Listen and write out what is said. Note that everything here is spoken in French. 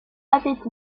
athletic